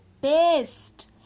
best